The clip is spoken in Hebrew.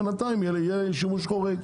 בינתיים יהיה שימוש חורג.